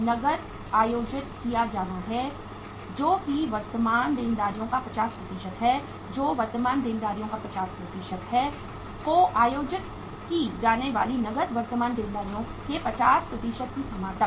नकद आयोजित किया जाना है जो कि वर्तमान देनदारियों का 50 है जो वर्तमान देनदारियों का 50 है को आयोजित की जाने वाली नकदी वर्तमान देनदारियों के 50 की सीमा तक